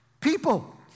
people